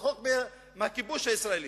רחוק מהכיבוש הישראלי?